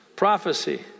prophecy